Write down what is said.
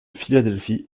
philadelphie